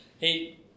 Hey